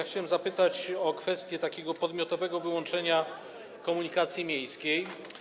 Chciałbym zapytać o kwestię podmiotowego wyłączenia komunikacji miejskiej.